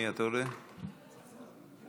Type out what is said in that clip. שנייה, שנייה, שנייה.